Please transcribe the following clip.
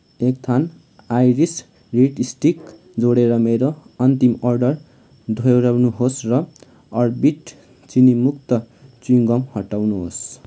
एक थान Iris reed stick जोडेर मेरो अन्तिम अर्डर दोहोऱ्याउनुहोस् र अर्बिट चिनीमुक्त चिविङ गम हटाउनुहोस्